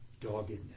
Doggedness